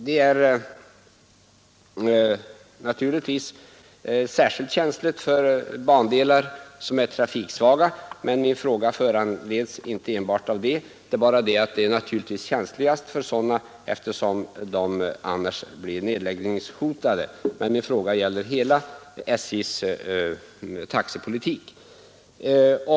Detta är naturligtvis särskilt känsligt för bandelar som är trafiksvaga eftersom de kan hotas av nedläggning, men min fråga föranleddes inte enbart av det utan den gällde SJ:s hela taxepolitik.